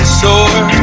sore